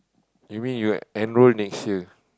you mean you enroll next year